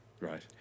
Right